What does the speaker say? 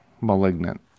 Malignant